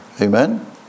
Amen